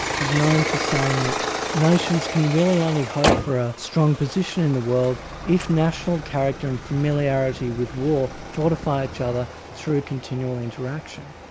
he's known for saying that nations can really only hope for a strong position in the world if national character and familiarity with war fortify each other through continual interaction.